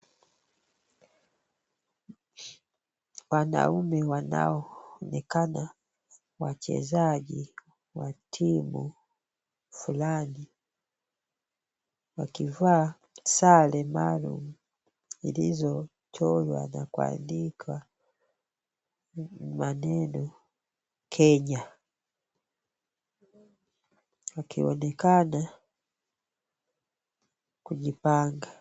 Wanaume wanaoonekana wachezaji wa timu fulani wakivaa sare maalum ilizochorwa na kuandikwa maneno Kenya wakionekana kujipanga.